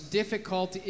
difficult